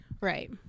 right